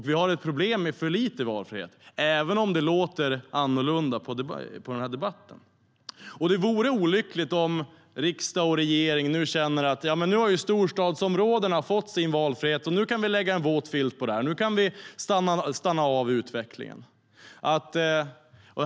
Vi har ett problem med för lite valfrihet, även om det låter annorlunda i debatten. Det vore olyckligt om riksdag och regering tycker att storstadsområdena fått sin valfrihet, så nu kan man lägga en våt filt över detta. Nu kan man göra så att utvecklingen stannar av.